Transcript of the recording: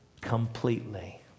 completely